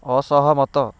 ଅସହମତ